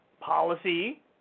policy